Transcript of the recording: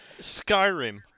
Skyrim